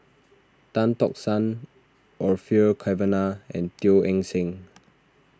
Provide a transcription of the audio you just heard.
Tan Tock San Orfeur Cavenagh and Teo Eng Seng